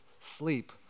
sleep